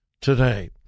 today